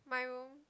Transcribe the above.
my